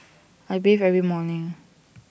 I bathe every morning